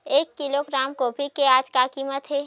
एक किलोग्राम गोभी के आज का कीमत हे?